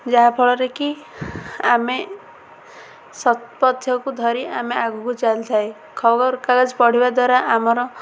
ଯାହାଫଳରେକି ଆମେ ସତ୍ପଥକୁ ଧରି ଆମେ ଆଗକୁ ଚାଲିଥାଏ ଖବର କାଗଜ ପଢ଼ିବା ଦ୍ୱାରା ଆମର